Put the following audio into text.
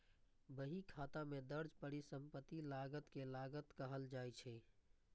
बहीखाता मे दर्ज परिसंपत्ति लागत कें लागत कहल जाइ छै